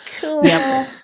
Cool